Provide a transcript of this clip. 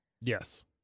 Yes